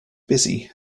busy